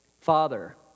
Father